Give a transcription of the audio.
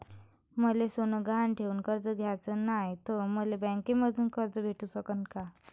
मले सोनं गहान ठेवून कर्ज घ्याचं नाय, त मले बँकेमधून कर्ज भेटू शकन का?